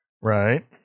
right